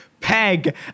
peg